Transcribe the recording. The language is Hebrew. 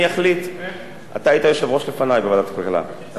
אתה היית יושב-ראש לפני בוועדת הכלכלה, אתה תמצת?